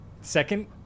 Second